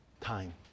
Time